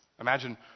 Imagine